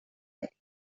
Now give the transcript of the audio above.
داریم